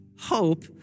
hope